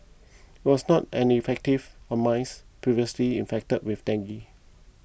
it was not any effective on mice previously infected with dengue